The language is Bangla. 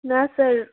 না স্যার